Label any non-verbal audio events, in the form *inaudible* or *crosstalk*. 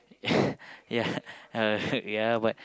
*laughs* ya uh ya but